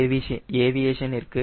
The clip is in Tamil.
பொது ஏவியேஷனிற்கு இதன் மதிப்பு 0